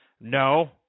No